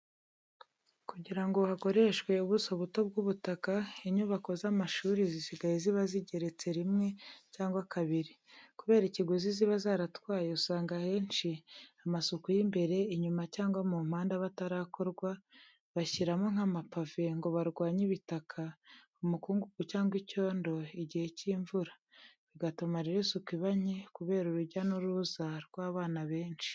Kugira ngo hakoreshwe ubuso buto bw'ubutaka, inyubako z'amashuri zisigaye ziba zigeretse rimwe cyangwa kabiri. Kubera ikiguzi ziba zaratwaye usanga ahenshi amasuku y'imbere, inyuma cyangwa mu mpande aba atarakorwa, bashyiramo nk'amapave ngo barwanye ibitaka, umukungugu cyangwa icyondo igihe cy'imvura. Bigatuma rero isuku iba nke kubera urujya n'uruza rw'abana benshi.